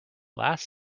last